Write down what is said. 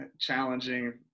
challenging